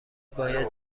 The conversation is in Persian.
باید